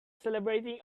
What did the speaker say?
celebrating